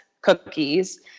cookies